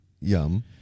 Yum